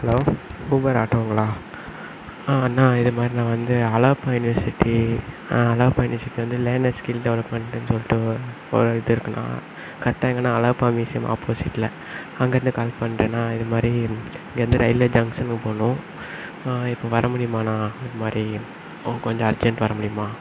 hello Uber ஆட்டோங்களா அண்ணா இது மாதிரி நான் வந்து அழகப்பா யூனிவர்சிட்டி அழகப்பா யூனிவர்சிட்டியில் வந்து லேனர் ஸ்கில் டெவலப்மென்ட்னு சொல்லிவிட்டு ஒரு ஒரு இது இருக்குண்ணா கரெக்டா எங்கேன்னா அழகப்பா மியூசியம் ஆப்போசிட்டுல அங்கேருந்து கால் பண்றேண்ணா இது மாதிரி இங்கேருந்து ரயில்வே ஜங்ஷனுக்கு போகணும் இப்போது வர முடியுமாண்ணா இது மாதிரி போகணும் கொஞ்சம் அர்ஜன்ட் வர முடியுமா